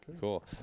Cool